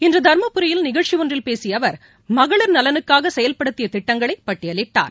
இன்று தருமபுரியில் நிகழ்ச்சியொன்றில் பேசிய அவர் மகளிர் நலனுக்காக செயல்படுக்கியத் திட்டங்களை பட்டியலிட்டார்